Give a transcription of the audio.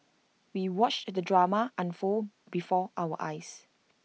we watched the drama unfold before our eyes